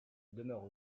demeure